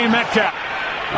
Metcalf